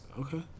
Okay